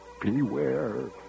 Beware